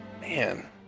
Man